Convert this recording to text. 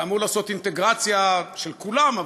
שאמור לעשות אינטגרציה של כולם,